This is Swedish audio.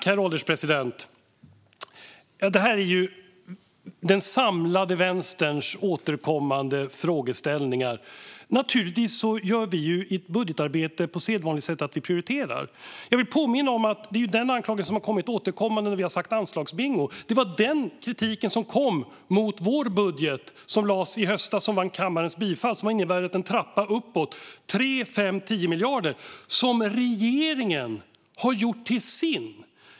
Herr ålderspresident! Detta är den samlade vänsterns återkommande frågeställningar. Naturligtvis gör vi på sedvanligt sätt i ett budgetarbete: Vi prioriterar. Jag vill påminna om att det är denna anklagelse som varit återkommande när vi har sagt: anslagsbingo! Det var den kritik som kom mot vår budget som lades fram i höstas, som vann kammarens bifall och som har inneburit en trappa uppåt med 3, 5 och 10 miljarder. Det är den kritik som regeringen har gjort till sin.